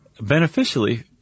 beneficially